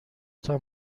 تان